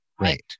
Right